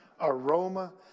aroma